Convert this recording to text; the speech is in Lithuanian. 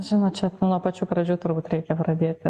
žinot čia nuo pačių pradžių turbūt reikia pradėti